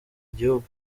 igihugu